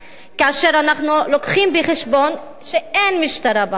כאשר אנחנו מביאים בחשבון שאין משטרה במדינה,